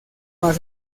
más